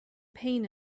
pain